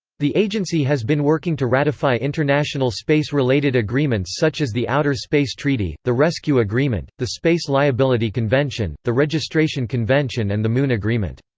the agency has been working to ratify international space-related agreements such as the outer space treaty, the rescue agreement, the space liability convention, the registration convention and the moon agreement.